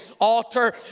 altar